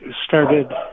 started